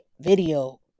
video